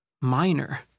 minor